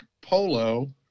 polo